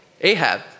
Ahab